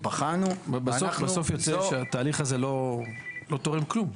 בחנו ואנחנו לא --- ובסוף יוצא שהתהליך הזה לא תורם כלום.